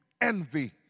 envy